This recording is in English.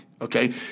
Okay